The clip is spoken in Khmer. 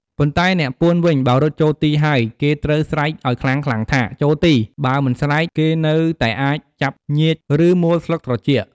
ប៉ុន្តែអ្នកពួនវិញ បើរត់ចូលទីហើយ គេត្រូវស្រែកឱ្យខ្លាំងៗថា "ចូលទី" បើមិនស្រែក គេនៅតែអាចចាប់ញៀច ឬ មួលស្លឹកត្រចៀក។